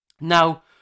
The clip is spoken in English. now